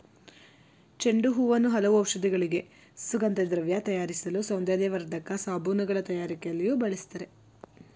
ಚೆಂಡು ಹೂವನ್ನು ಹಲವು ಔಷಧಿಗಳಿಗೆ, ಸುಗಂಧದ್ರವ್ಯ ತಯಾರಿಸಲು, ಸೌಂದರ್ಯವರ್ಧಕ ಸಾಬೂನುಗಳ ತಯಾರಿಕೆಯಲ್ಲಿಯೂ ಬಳ್ಸತ್ತರೆ